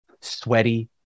sweaty